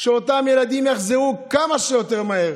שאותם ילדים יחזרו כמה שיותר מהר